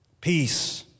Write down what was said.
Peace